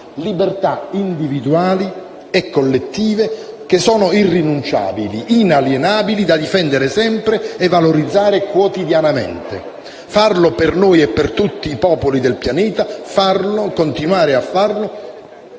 Libertà individuali che sono irrinunciabili, inalienabili, da difendere sempre e valorizzare quotidianamente. Bisogna farlo per noi e per tutti i popoli del Pianeta; farlo e continuare a farlo